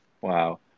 wow